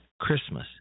Christmas